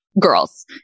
Girls